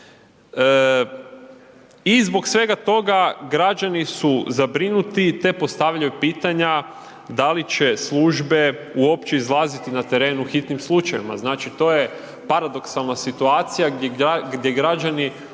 I zbog svega toga građani su zabrinuti te postavljaju pitanja, da li će službe uopće izlaziti na teren u hitnim slučajevima. Znači to je paradoksalna situacija gdje građani